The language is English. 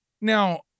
now